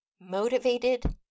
motivated